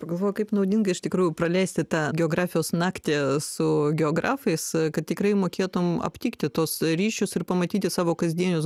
pagalvok kaip naudinga iš tikrųjų praleisti tą geografijos naktį su geografais e kad tikrai mokėtum aptikti tuos ryšius ir pamatyti savo kasdienius